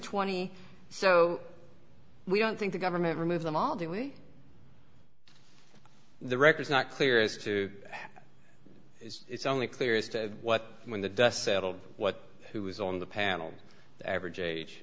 twenty so we don't think the government remove them all the way the records not clear as to how it's only clear as to what when the dust settled what who was on the panel the average age